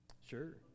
Sure